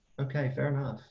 okay, fair and